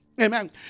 Amen